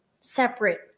separate